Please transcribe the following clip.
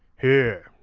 here,